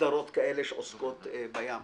סדרות כאלה שעוסקות בים.